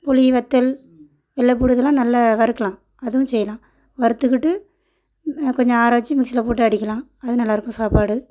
புளி வத்தல் வெள்ளப்புண்டு இதெல்லாம் நல்ல வறுக்கலாம் அதுவும் செய்யலாம் வறுத்துக்கிட்டு கொஞ்சம் ஆற வச்சு மிக்சியில் போட்டு அடிக்கலாம் அது நல்லாயிருக்கும் சாப்பாடு